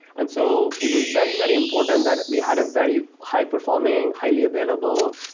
and so it was very, very important that we had a very high-performing, highly available,